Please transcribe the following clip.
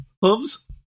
Hooves